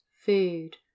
food